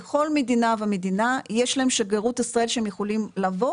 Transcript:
בכל מדינה ומדינה יש להם שגרירות ישראל שהם יכולים לבוא